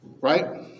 Right